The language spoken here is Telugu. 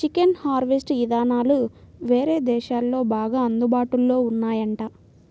చికెన్ హార్వెస్ట్ ఇదానాలు వేరే దేశాల్లో బాగా అందుబాటులో ఉన్నాయంట